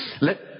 let